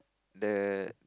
the